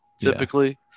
typically